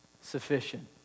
Sufficient